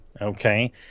Okay